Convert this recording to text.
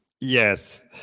Yes